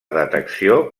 detecció